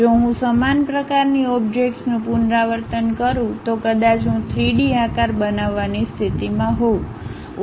જો હું સમાન પ્રકારની ઓબ્જેક્ટ નું પુનરાવર્તન કરું તો કદાચ હું 3D આકાર બનાવવાની સ્થિતિમાં હોઉં